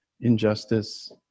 injustice